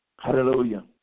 Hallelujah